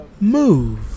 Move